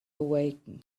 awaken